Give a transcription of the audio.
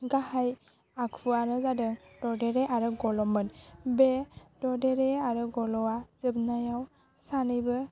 गाहाय आखुयानो जादों ददेरे आरो गल'मोन बे ददेरे आरो गल'आ जोबनायाव सानैबो